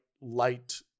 light